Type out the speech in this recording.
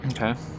Okay